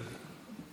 אדוני.